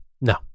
No